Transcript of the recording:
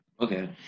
Okay